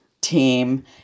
team